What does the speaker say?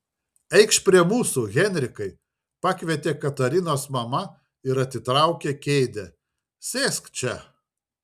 eikš prie mūsų henrikai pakvietė katarinos mama ir atitraukė kėdę sėsk čia